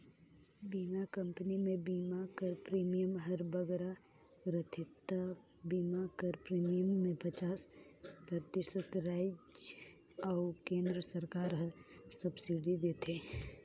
बीमा कंपनी में बीमा कर प्रीमियम हर बगरा रहथे ता बीमा कर प्रीमियम में पचास परतिसत राएज अउ केन्द्र सरकार हर सब्सिडी देथे